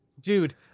Dude